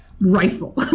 rifle